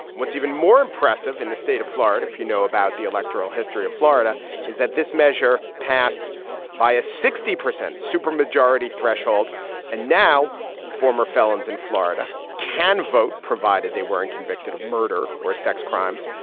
what's even more impressive in the state of florida if you know about the electoral history of florida is that this measure passed by a sixty percent supermajority threshold and now former felons in florida can vote provided they weren't convicted of murder or sex crimes.